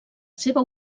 seva